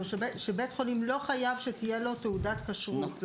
שבית חולים לא חייב שתהיה לו תעודת כשרות.